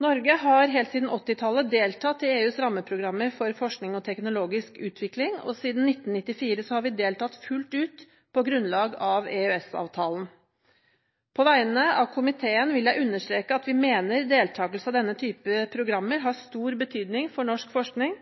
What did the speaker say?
Norge har helt siden 1980-tallet deltatt i EUs rammeprogrammer for forskning og teknologisk utvikling, og siden 1994 har vi deltatt fullt ut på grunnlag av EØS-avtalen. På vegne av komiteen vil jeg understreke at vi mener deltakelse av denne typen programmer har stor betydning for norsk forskning,